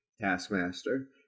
Taskmaster